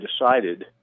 decided